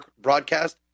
broadcast